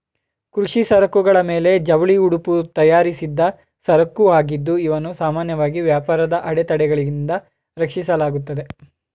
ಕೃಷಿ ಸರಕುಗಳ ಮೇಲೆ ಜವಳಿ ಉಡುಪು ತಯಾರಿಸಿದ್ದ ಸರಕುಆಗಿದ್ದು ಇವನ್ನು ಸಾಮಾನ್ಯವಾಗಿ ವ್ಯಾಪಾರದ ಅಡೆತಡೆಗಳಿಂದ ರಕ್ಷಿಸಲಾಗುತ್ತೆ